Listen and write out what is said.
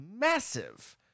massive